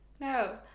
no